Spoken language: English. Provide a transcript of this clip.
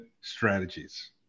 strategies